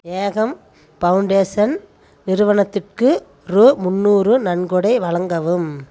ஏகம் foundation நிறுவனத்திற்கு ரூபா முந்நூறு நன்கொடை வழங்கவும்